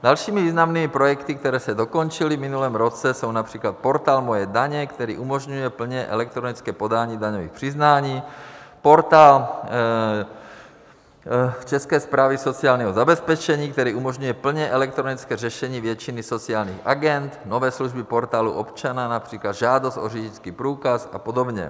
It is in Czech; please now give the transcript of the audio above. Dalšími významnými projekty, které se dokončily v minulém roce, jsou například portál Moje daně, který umožňuje plně elektronické podání daňových přiznání, portál České správy sociálního zabezpečení, který umožňuje plně elektronické řešení většiny sociálních agend, nové služby Portálu občana, například žádost o řidičský průkaz, a podobně.